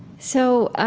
so,